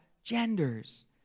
genders